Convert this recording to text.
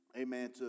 amen